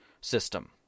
system